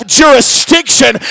jurisdiction